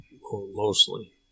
mostly